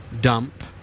dump